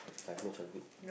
I have no childhood